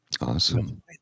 Awesome